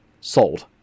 sold